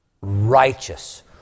righteous